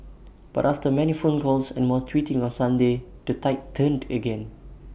but after many phone calls and more tweeting on Sunday the tide turned again